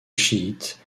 chiite